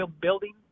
building